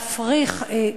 להפריך,